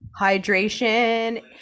hydration